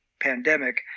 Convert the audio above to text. pandemic